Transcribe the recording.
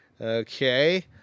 Okay